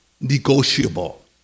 negotiable